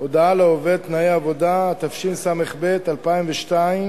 הודעה לעובד (תנאי עבודה), התשס"ב 2002,